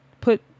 Put